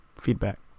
feedback